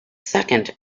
second